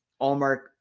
Allmark